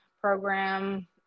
program